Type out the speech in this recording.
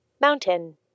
mountain